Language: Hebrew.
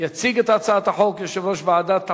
יציג את הצעת החוק יושב-ראש ועדת החוקה,